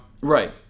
Right